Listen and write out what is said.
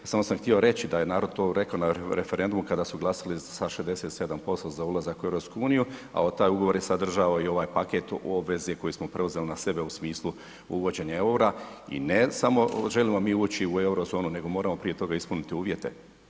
Samo sam htio reći da je narod to rekao na referendumu kada su glasali sa 67% za ulazak u EU a taj ugovor je sadržavao i ovaj paket obveze koje smo preuzeli na sebe u smislu uvođenja eura i ne samo želimo li mi ući u Eurozonu nego moramo prije toga ispuniti uvjete.